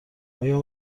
آیا